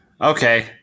Okay